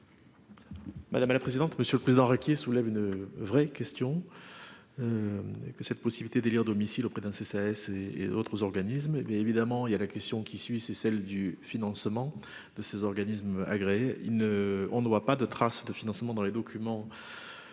Madame la présidente, monsieur le président, requiers soulève une vraie question que cette possibilité d'élire domicile auprès d'un CCAS et et d'autres organismes, mais évidemment il y a la question qui suit, c'est celle du financement de ces organismes agréés il ne on ne voit pas de trace de financement dans les documents